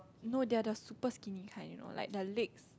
no they're the super skinny kind you know like their legs